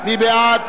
מי בעד?